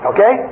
Okay